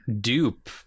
dupe